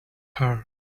her